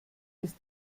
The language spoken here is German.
ist